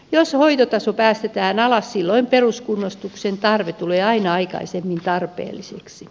jos hoitotaso päästetään alas peruskunnostukselle tulee aina aikaisemmin tarvetta